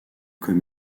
comme